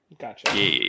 Gotcha